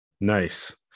Nice